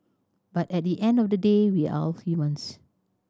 but at the end of the day we're all humans